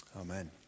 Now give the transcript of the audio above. Amen